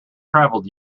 travelled